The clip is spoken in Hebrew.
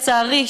לצערי,